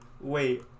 wait